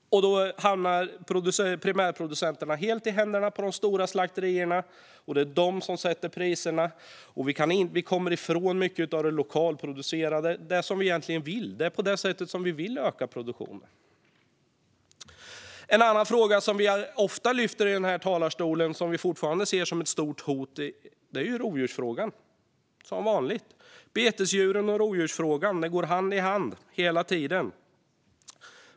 Då hamnar primärproducenterna helt i händerna på de stora slakterierna, och det är de som sätter priserna. Då kommer vi ifrån mycket av det lokalproducerade, som egentligen är det sätt som vi vill öka produktionen på. En annan fråga som vi ofta lyfter fram i den här talarstolen och som vi fortfarande ser som ett stort hot är rovdjursfrågan. Frågorna om betesdjuren och rovdjuren går hela tiden hand i hand.